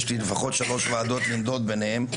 יש לי לפחות שלוש ועדות לנדוד ביניהן,